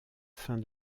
fin